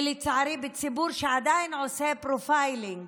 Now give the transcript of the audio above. ולצערי בציבור שעדיין עושה פרופיילינג